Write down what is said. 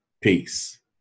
Peace